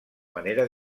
manera